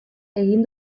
egin